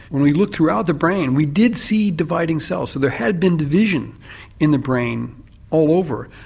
when we looked throughout the brain we did see dividing cells, so there had been division in the brain all over,